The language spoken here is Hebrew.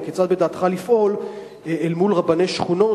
וכיצד בדעתך לפעול אל מול רבני שכונות